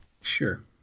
Sure